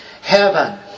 Heaven